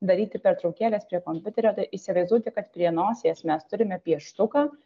daryti pertraukėles prie kompiuterio tai įsivaizduoti kad prie nosies mes turime pieštuką